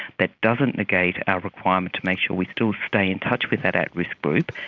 that doesn't negate our requirement to make sure we still stay in touch with that at-risk group,